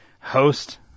host